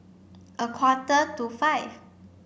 a quarter to five